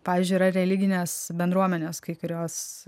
pavyzdžiui yra religinės bendruomenės kai kurios